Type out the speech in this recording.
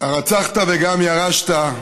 "הרצחת וגם ירשת"